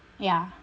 ya